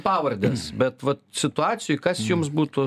pavardes bet vat situacijoj kas jums būtų